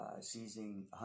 seizing